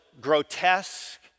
grotesque